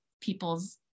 people's